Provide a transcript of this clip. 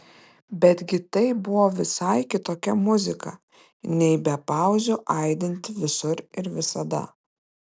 betgi tai buvo visai kitokia muzika nei be pauzių aidinti visur ir visada